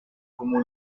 como